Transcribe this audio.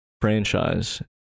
Franchise